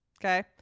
Okay